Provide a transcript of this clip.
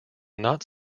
not